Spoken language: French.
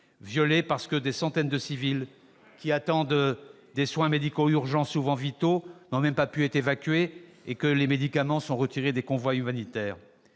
zones habitées. Des centaines de civils, qui attendent des soins médicaux d'urgence souvent vitaux, n'ont pas pu être évacuées ; les médicaments sont retirés des convois humanitaires.